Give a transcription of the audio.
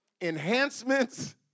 enhancements